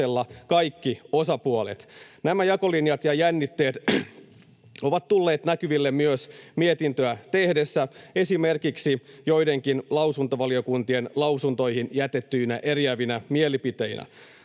Nämä jakolinjat ja jännitteet ovat tulleet näkyville myös mietintöä tehdessä esimerkiksi joidenkin lausuntovaliokuntien lausuntoihin jätettyinä eriävinä mielipiteinä.